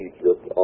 Egypt